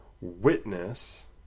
witness